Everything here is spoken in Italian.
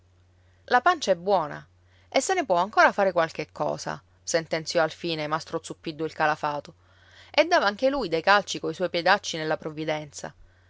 la pancia è buona e se ne può ancora fare qualche cosa sentenziò alfine mastro zuppiddu il calafato e dava anche lui dei calci coi suoi piedacci nella provvidenza